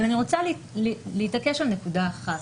אבל אני רוצה להתעקש על נקודה אחת,